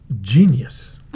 Genius